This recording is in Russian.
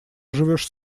живешь